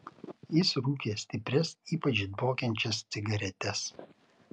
jis rūkė stiprias ypač dvokiančias cigaretes